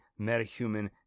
MetaHuman